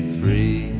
free